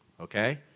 Okay